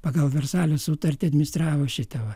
pagal versalio sutartį administravo šią va